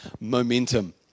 momentum